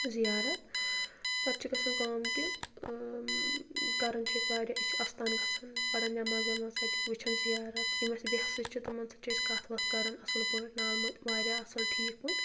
زِیارتھ پَتہٕ چھِ گژھان کٲم تہِ کَران چھِ أسۍ واریاہ أسۍ چھِ اَستان گژھان پَران نٮ۪ماز وٮ۪ماز اتہِ وٕچھان زِیارَتھ یِم اَسہِ وٮ۪سہٕ چھِ تِمَن سۭتۍ چھِ أسۍ کَتھ وَتھ کَران اَصٕل پٲٹھۍ نالہٕ مٔتۍ واریاہ اَصٕل ٹھیٖک پٲٹھۍ